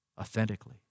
authentically